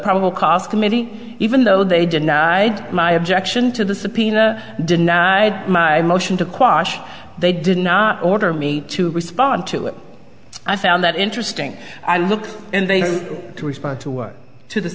probable cause committee even though they denied my objection to the subpoena denied my motion to quash they did not order me to respond to it i found that interesting i look and they respond to work to the